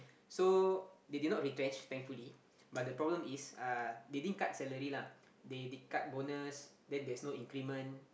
so they did not retrench thankfully but the problem is uh they didn't cut salary lah they did cut bonus then there's no increment